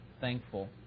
thankful